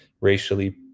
racially